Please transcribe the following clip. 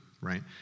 right